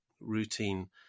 routine